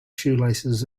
shoelaces